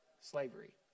slavery